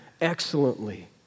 excellently